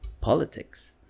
Politics